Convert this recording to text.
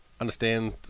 understand